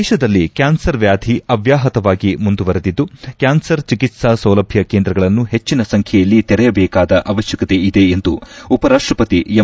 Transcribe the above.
ದೇಶದಲ್ಲಿ ಕ್ಯಾನ್ಸರ್ ವ್ಯಾಧಿ ಅವ್ಯಾಹತವಾಗಿ ಮುಂದುವರೆದಿದ್ದು ಕ್ಯಾನ್ಸರ್ ಚಿಕಿತ್ಸಾ ಸೌಲಭ್ಯ ಕೇಂದ್ರಗಳನ್ನು ಹೆಚ್ಚಿನ ಸಂಖ್ಯೆಯಲ್ಲಿ ತೆರೆಯಬೇಕಾದ ಅವಶ್ಯಕತೆ ಇದೆ ಎಂದು ಉಪ ರಾಷ್ಟ ಪತಿ ಎಂ